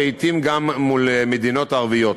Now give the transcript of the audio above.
לעתים גם מול מדינות ערביות.